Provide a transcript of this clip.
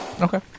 Okay